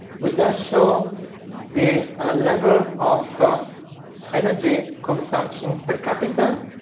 we just show the level of energy consumption per capita.